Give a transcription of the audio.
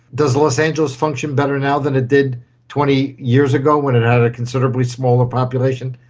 does los angeles function better now than it did twenty years ago when it had a considerably smaller population?